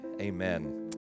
amen